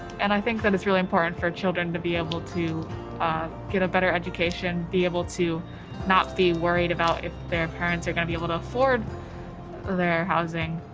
and i think that it's really important for children to be able to get a better education, be able to not be worried about if their parents are gonna be able to afford their housing,